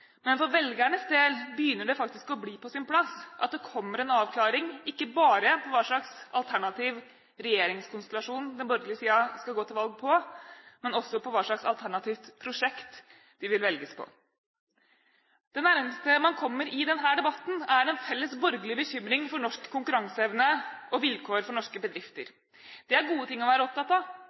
Men for velgernes del begynner det faktisk å bli på sin plass at det kommer en avklaring ikke bare på hva slags alternativ regjeringskonstellasjon den borgerlige siden skal gå til valg på, men også hva slags alternativt prosjekt de vil velges på. Det nærmeste man kommer i denne debatten er en felles borgerlig bekymring for norsk konkurranseevne og vilkår for norske bedrifter. Det er gode ting å være opptatt av,